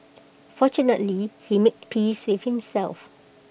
fortunately he made peace with himself